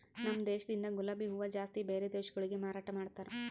ನಮ ದೇಶದಿಂದ್ ಗುಲಾಬಿ ಹೂವ ಜಾಸ್ತಿ ಬ್ಯಾರೆ ದೇಶಗೊಳಿಗೆ ಮಾರಾಟ ಮಾಡ್ತಾರ್